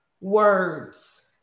words